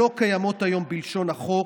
שלא קיימות היום בלשון החוק,